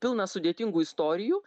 pilna sudėtingų istorijų